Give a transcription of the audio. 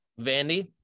vandy